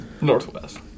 northwest